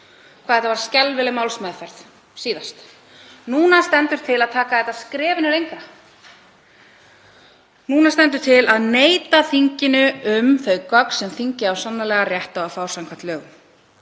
hvað þetta var skelfileg málsmeðferð síðast. Núna stendur til að ganga skrefinu lengra. Núna stendur til að neita þinginu um þau gögn sem þingið á sannarlega rétt á að fá samkvæmt lögum.